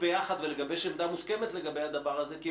לא רק